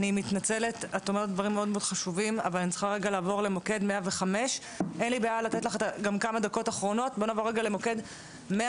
את צריכה להבין ששנתיים אנחנו מדברים על זה,